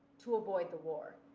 to avoid the war.